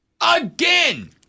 again